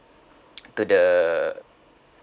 to the